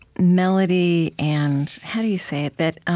melody and how do you say it? that